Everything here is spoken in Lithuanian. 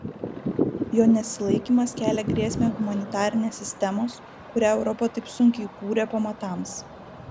jo nesilaikymas kelia grėsmę humanitarinės sistemos kurią europa taip sunkiai kūrė pamatams